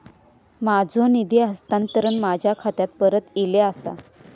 माझो निधी हस्तांतरण माझ्या खात्याक परत इले आसा